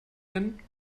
nennen